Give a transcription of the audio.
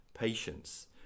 Patience